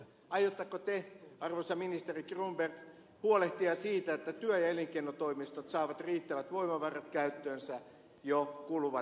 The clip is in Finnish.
aiotteko te arvoisa ministeri cronberg huolehtia siitä että työ ja elinkeinotoimistot saavat riittävät voimavarat käyttöönsä jo kuluvana keväänä